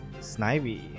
Snivy